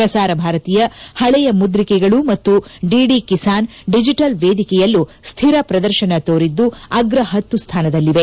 ಪ್ರಸಾರ ಭಾರತಿಯ ಹಳೆಯ ಮುದ್ರಿಕೆಗಳು ಮತ್ತು ದಿದಿ ಕಿಸಾನ್ ಡಿಜಿಟಲ್ ವೇದಿಕೆಯಲ್ಲೂ ಸ್ಥಿರ ಪ್ರದರ್ಶನ ತೋರಿದ್ದು ಅಗ್ರ ಹತ್ತು ಸ್ಥಾನದಲ್ಲಿದೆ